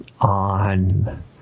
on